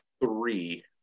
three